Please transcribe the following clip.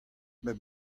bep